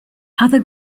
other